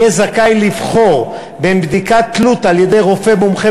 יהיה זכאי לבחור בין בדיקת תלות על-ידי רופא מומחה